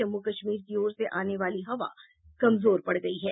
जम्मू कश्मीर की ओर से आने वाली ठंडी हवा कमजोर पड़ गयी है